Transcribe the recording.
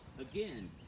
Again